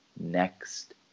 next